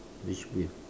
which with